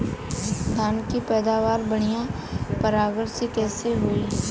धान की पैदावार बढ़िया परागण से कईसे होई?